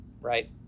right